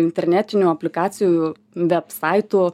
internetinių aplikacijų vebsaitų